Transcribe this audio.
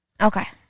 Okay